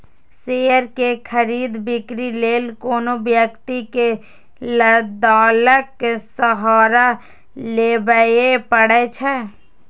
share के खरीद, बिक्री लेल कोनो व्यक्ति कें दलालक सहारा लेबैए पड़ै छै